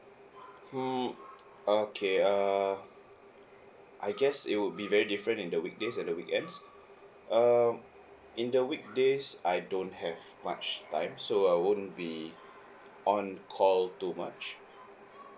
hmm okay err I guess it would be very different in the weekdays and weekends um in the weekdays I don't have much time so I won't be on call too much